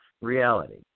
reality